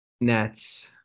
nets